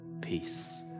peace